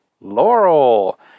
Laurel